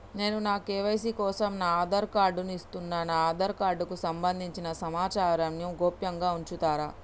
నేను నా కే.వై.సీ కోసం నా ఆధార్ కార్డు ను ఇస్తున్నా నా ఆధార్ కార్డుకు సంబంధించిన సమాచారంను గోప్యంగా ఉంచుతరా?